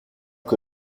que